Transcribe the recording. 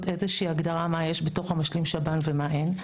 איזה שהיא הגדרה מה יש בתוך המשלים שב"ן ומה אין.